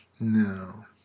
No